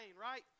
right